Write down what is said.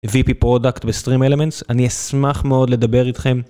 vp product ו stream elements אני אשמח מאוד לדבר איתכם.